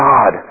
God